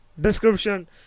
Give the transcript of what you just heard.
description